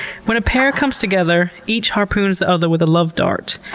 when a pair comes together, each harpoons the other with a love dart.